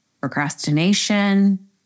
procrastination